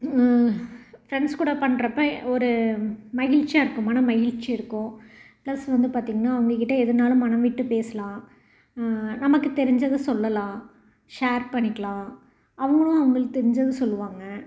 friends கூட பண்ணுறப்ப ஒரு மகிழ்ச்சியாக இருக்கும் மனமகிழ்ச்சி இருக்கும் ப்ளஸ் வந்து பார்த்திங்கன்னா அவங்ககிட்ட எதுன்னாலும் மனம்விட்டு பேசலாம் நமக்கு தெரிஞ்சதை சொல்லலாம் ஷேர் பண்ணிக்கலாம் அவங்களும் அவங்களுக்கு தெரிஞ்சதை சொல்லுவாங்க